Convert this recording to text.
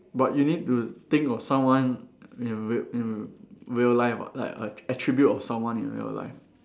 but you need to think of someone in real in real life [what] like a attribute of someone in real life